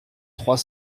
trois